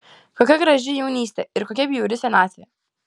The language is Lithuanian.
kokia graži jaunystė ir kokia bjauri senatvė